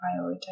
prioritize